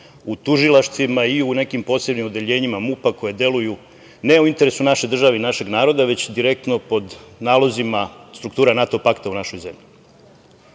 u tužilaštvima i u nekim posebnim odeljenjima MUP-a koja deluju ne u interesu naše države i našeg naroda, već direktno pod nalozima struktura NATO pakta u našoj zemlji. Kada